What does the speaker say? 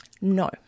No